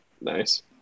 Nice